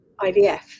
IVF